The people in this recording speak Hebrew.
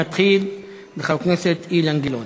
נתחיל בחבר הכנסת אילן גילאון.